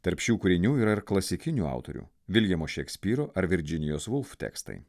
tarp šių kūrinių yra ir klasikinių autorių viljamo šekspyro ar virdžinijos vulf tekstai